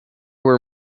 were